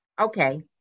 Okay